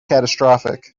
catastrophic